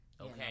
Okay